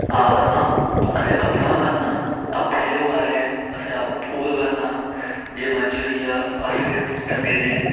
आखदा नां असें अपना गै करना अपने गै बारे च असें आपूं गै करना जे मर्जी होई जा अस गै ढंगै दे